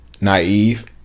naive